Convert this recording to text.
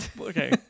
okay